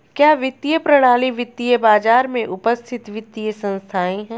क्या वित्तीय प्रणाली वित्तीय बाजार में उपस्थित वित्तीय संस्थाएं है?